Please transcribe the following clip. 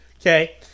okay